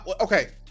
Okay